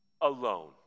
alone